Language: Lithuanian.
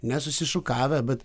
nesusišukavę bet